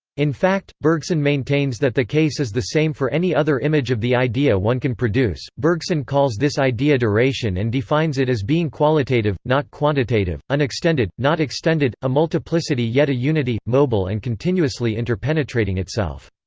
in fact, bergson maintains that the case is the same for any other image of the idea one can produce bergson calls this idea duration and defines it as being qualitative, not quantitative, unextended, not extended, a multiplicity yet a unity, mobile and continuously interpenetrating itself.